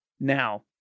Now